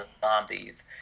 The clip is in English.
zombies